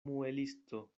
muelisto